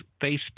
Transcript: Facebook